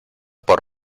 por